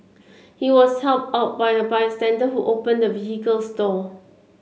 he was helped out by a bystander who opened the vehicle's door